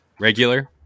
regular